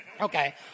Okay